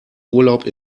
urlaub